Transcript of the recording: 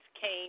came